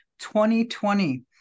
2020